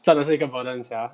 真的是一个 burden sia